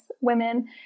women